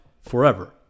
forever